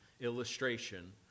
Illustration